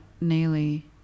nearly